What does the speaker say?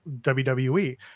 wwe